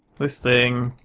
this thing,